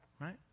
right